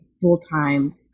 full-time